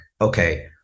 okay